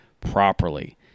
properly